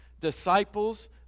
disciples